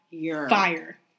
Fire